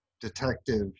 detective